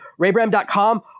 raybram.com